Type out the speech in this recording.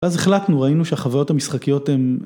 ‫ואז החלטנו, ראינו שהחוויות ‫המשחקיות הם...